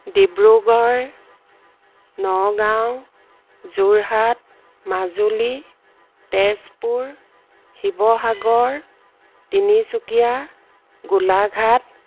Dibrugarh Nagaon Jorhat Majuli Tezpur Sivasagar Tinsukia Golaghat